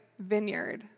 vineyard